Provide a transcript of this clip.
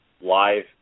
live